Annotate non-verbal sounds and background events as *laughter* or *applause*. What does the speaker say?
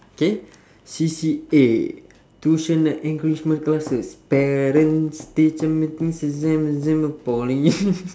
okay C_C_A tuition and enrichment classes parents teachers *noise*